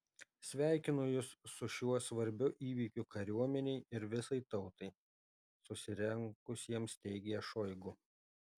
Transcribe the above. sveikinu jus su šiuo svarbiu įvykiu kariuomenei ir visai tautai susirinkusiems teigė šoigu